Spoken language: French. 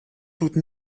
toute